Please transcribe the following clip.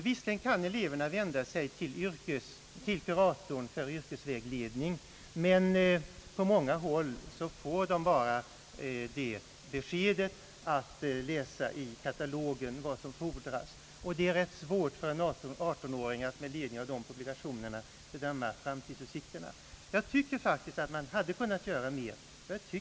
Visserligen kan eleverna vända sig till skolkuratorn för yrkesvägledning, men på många håll får de bara rådet att läsa i kataloger av olika slag. Det är ganska svårt för en 18-åring att med ledning av de publikationerna bedöma framtidsutsikterna. Det hade enligt min mening varit möjligt att göra mera.